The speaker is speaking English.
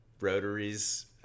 rotaries